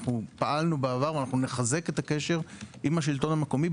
אנחנו פעלנו בעבר ואנחנו נחזק את הקשר עם השלטון המקומי,